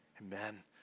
amen